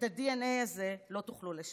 את הדנ"א הזה לא תוכלו לשנות.